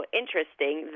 interesting